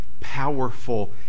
powerful